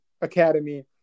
academy